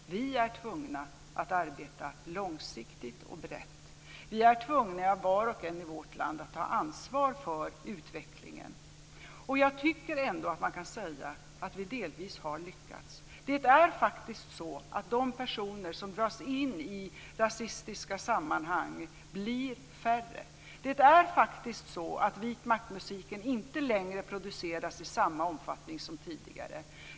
Vi är tvungna att arbeta långsiktigt och brett. Vi är tvungna, var och en i vårt land, att ta ansvar för utvecklingen. Jag tycker ändå att man kan säga att vi delvis har lyckats. Det är faktiskt så att de personer som dras in i rasistiska sammanhang blir färre. Det är faktiskt så att vitmaktmusiken inte längre produceras i samma omfattning som tidigare.